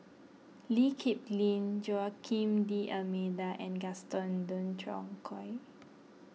Lee Kip Lin Joaquim D'Almeida and Gaston Dutronquoy